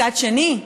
מצד שני,